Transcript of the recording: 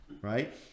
right